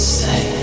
say